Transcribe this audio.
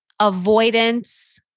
avoidance